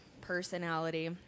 personality